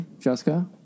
Jessica